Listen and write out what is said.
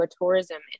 tourism